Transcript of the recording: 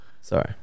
Sorry